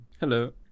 Hello